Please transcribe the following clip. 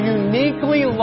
uniquely